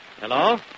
Hello